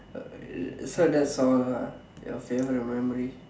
uh so that's all ah your favourite memory